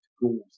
Goals